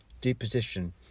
deposition